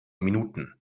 minuten